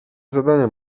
zadania